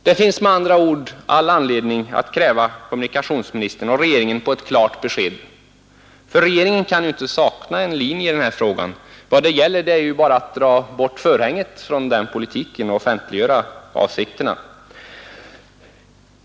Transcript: Det finns med andra ord all anledning att kräva kommunikationsministern och regeringen på ett klart besked, ty regeringen kan ju inte sakna en linje i den här frågan. Vad det gäller är ju bara att dra bort förhänget från den politiken och offentliggöra avsikterna.